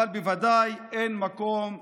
אבל בוודאי אין מקום לשאננות.